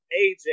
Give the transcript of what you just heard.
AJ